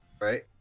Right